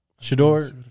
Shador